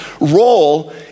role